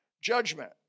Judgment